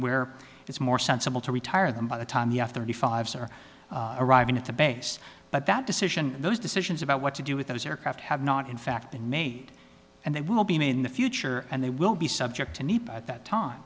where it's more sensible to retire them by the time the f thirty five star arriving at the base but that decision those decisions about what to do with those aircraft have not in fact been made and they will be made in the future and they will be subject to need at that time